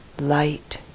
light